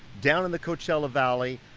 down in the coachella valley.